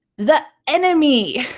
the enemy.